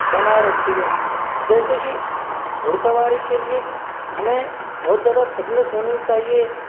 बनाए रखती हैं जैसे कि घुड़सवारी के लिए हमें बहुत ज़्यादा फिटनेस होनी चाहिए